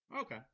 Okay